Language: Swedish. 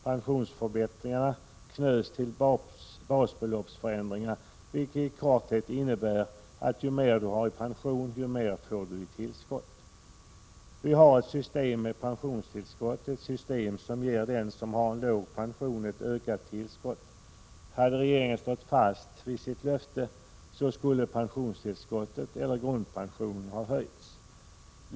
Pensionsförbättringarna knöts till basbeloppsförändringar, vilket i korthet innebär att ju mer du har i pension, desto mer får du i tillskott. Vi har ett system med pensionstillskott, ett system som ger den som har låg pension ett ökat tillskott. Hade regeringen stått fast vid sitt löfte så skulle pensionstillskottet eller grundpensionen ha höjts.